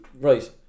Right